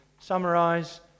summarize